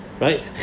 Right